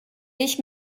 ich